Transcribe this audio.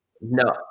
No